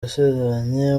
yasezeranye